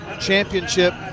championship